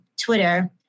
Twitter